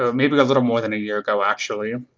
ah maybe a little more than a year ago actually.